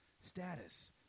status